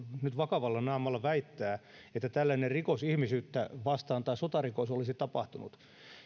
nyt vakavalla naamalla väittää että tällainen rikos ihmisyyttä vastaan tai sotarikos olisi tapahtunut